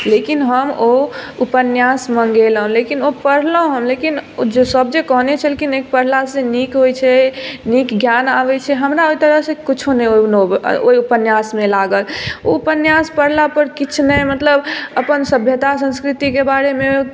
लेकिन हम ओ उपन्यास मंगेलहुॅं लेकिन ओ पढ़लहुॅं हम लेकिन ओ जे सब जे कहने छलखिन ने पढला से नीक होय छै नीक ज्ञान आबै छै हमरा ओहि तरहसँ कुछो नहि ओ नावेल ओहि उपन्यासमे लागल ओ उपन्यास पढला पर किछु नहि मतलब अपन सभ्यता संस्कृतिकेँ बारेमे